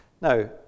Now